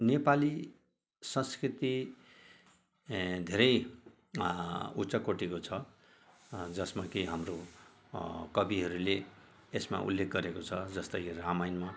नेपाली संस्कृति ए धेरै उच्चकोटिको छ जसमा कि हाम्रो कविहरूले यसमा उल्लेख गरेको छ जस्तै रामायणमा